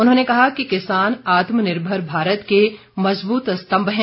उन्होंने कहा कि किसान आत्मनिर्भर भारत के मज़बूत स्तम्भ है